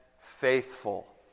faithful